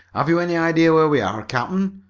have you any idea where we are, captain?